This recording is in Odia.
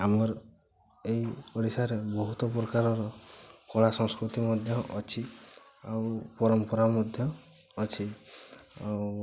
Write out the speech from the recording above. ଆମର ଏଇ ଓଡ଼ିଶାରେ ବହୁତ ପ୍ରକାରର କଳାସଂସ୍କୃତି ମଧ୍ୟ ଅଛି ଆଉ ପରମ୍ପରା ମଧ୍ୟ ଅଛି ଆଉ